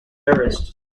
tourists